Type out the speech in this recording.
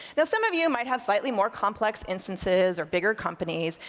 now some of you might have slightly more complex instances or bigger companies,